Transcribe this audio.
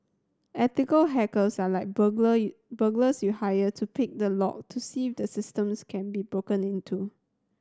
ethical hackers are like burglar burglars you hire to pick the lock to see if the systems can be broken into